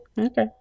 Okay